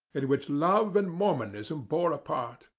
in which love and mormonism bore a part.